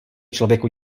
člověku